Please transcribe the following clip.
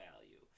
value